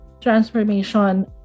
transformation